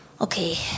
Okay